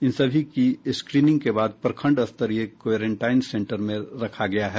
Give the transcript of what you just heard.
इन सभी की स्क्रीनिंग के बाद प्रखंडस्तरीय क्वारेंटाइन सेंटर में रखा गया है